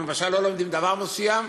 אם למשל לא לומדים דבר מסוים,